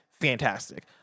fantastic